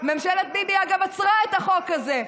ממשלת ביבי, אגב, עצרה את החוק הזה.